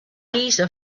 giza